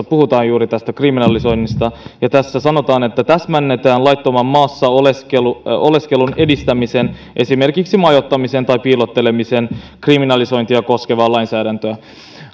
puhutaan juuri tästä kriminalisoinnista tässä sanotaan että täsmennetään laittoman maassa oleskelun edistämisen esimerkiksi majoittamisen tai piilottelemisen kriminalisointia koskevaa lainsäädäntöä